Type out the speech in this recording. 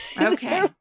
Okay